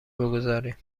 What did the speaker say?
بگذاریم